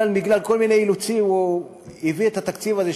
אבל בגלל כל מיני אילוצים הוא הביא את התקציב הזה,